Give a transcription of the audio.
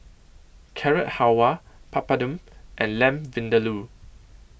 Carrot Halwa Papadum and Lamb Vindaloo